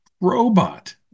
Robot